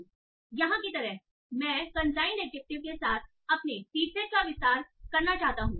इसलिए यहाँ की तरह इसलिए मैं कनजॉइंड एडजेक्टिव के साथ अपने सीड सेट का विस्तार करना चाहता हूं